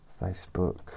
Facebook